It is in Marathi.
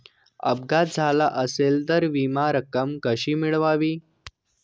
अपघात झाला असेल तर विमा रक्कम कशी मिळवावी?